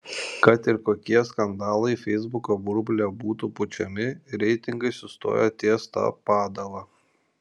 kad ir kokie skandalai feisbuko burbule būtų pučiami reitingai sustojo ties ta padala